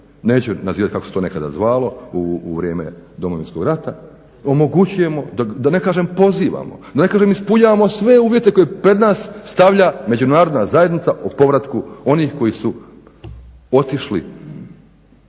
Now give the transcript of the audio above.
neću nazivati kako se to nekada zvalo u vrijeme Domovinskog rata, omogućujemo da ne kažem pozivamo, da ne kažem ispunjavamo sve uvjete koje pred nas stavlja Međunarodna zajednica o povratku onih koji su otišli,